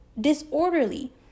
disorderly